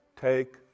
take